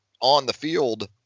on-the-field